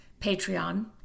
Patreon